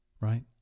right